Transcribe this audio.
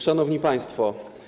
Szanowni Państwo!